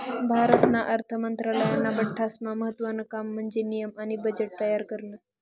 भारतना अर्थ मंत्रालयानं बठ्ठास्मा महत्त्वानं काम म्हन्जे नियम आणि बजेट तयार करनं